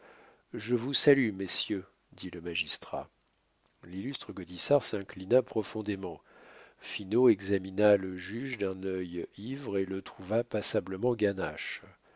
je vous salue messieurs dit le magistrat l'illustre gaudissart s'inclina profondément finot examina le juge d'un œil ivre et le trouva passablement ganache